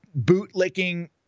bootlicking